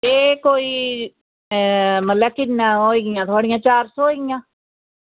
एह् कोई मतलब किन्ना होइयां थुआढ़ियां चार सौ होइयां